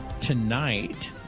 tonight